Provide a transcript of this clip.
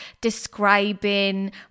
describing